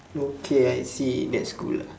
okay I see that's cool lah